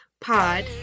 Pod